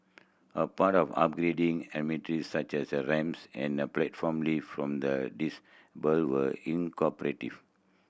a part of upgrading amenities such as ramps and a platform lift from the disabled were